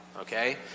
Okay